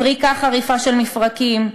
פריקה חריפה של מפרקים,